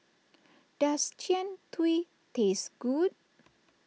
does Jian Dui taste good